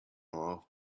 off